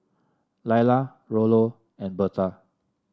Laila Rollo and Bertha